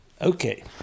Okay